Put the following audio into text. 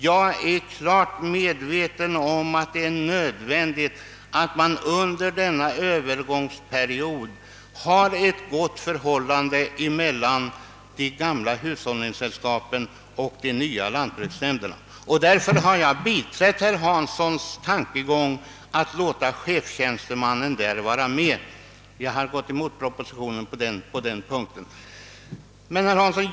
Jag är klart medveten om att det är nödvändigt att det under övergångsperioden råder ett gott förhållande mellan de gamla hushållningssällskapen och de nya lantbruksnämnderna, och därför har jag biträtt herr Hanssons tankegång att låta ifrågavarande chefstjänsteman få vara med. Jag har alltså gått emot propositionen på denna punkt.